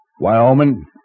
Wyoming